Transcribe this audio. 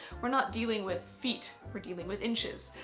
we're not dealing with feet, we're dealing with inches.